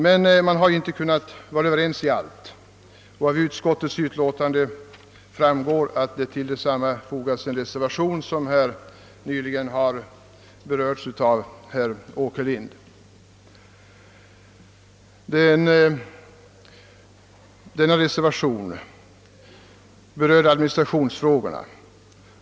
Men det har inte gått att bli överens i allting inom utskottet, och som synes har det till utskottets utlåtande fogats en reservation, som herr Åkerlind nyss redogjorde för. Det är en reservation som gäller administrationsfrågorna.